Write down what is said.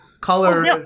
color